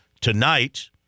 tonight